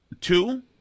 two